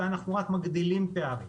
ואנחנו רק מגדילים פערים,